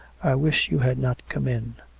wish you had not come in.